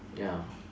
ya